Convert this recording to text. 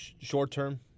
short-term